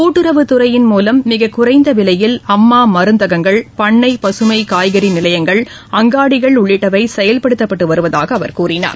கூட்டுறவுத் துறையின் மூலம் மிகக்குறைந்த விலையில் அம்மா மருந்தகங்கள் பண்ணை பசுமை காய்கறி நிலையங்கள் அங்காடிகள் உள்ளிட்டவை செயல்படுத்தப்பட்டு வருவதாக அவர் கூறினார்